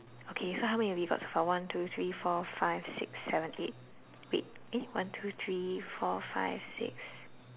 okay so how many have you got so far one two three four five six seven eight wait eh one two three four five six